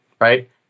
Right